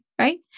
right